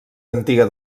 antiga